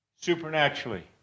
supernaturally